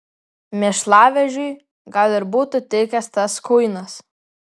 mėšlavežiui gal ir būtų tikęs tas kuinas